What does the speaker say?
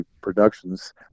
Productions